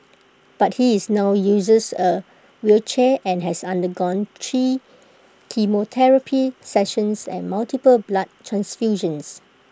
but he is now uses A wheelchair and has undergone three chemotherapy sessions and multiple blood transfusions